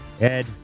Ed